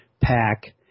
pack